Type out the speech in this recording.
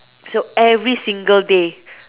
so every single day